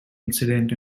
incident